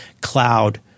cloud